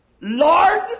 Lord